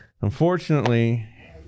unfortunately